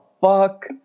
fuck